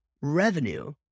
revenue